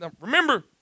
Remember